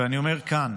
ואני אומר כאן: